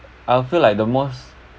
I feel like the most